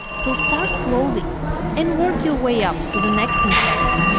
so, start slowly and work your way up to the next new habit.